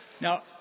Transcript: Now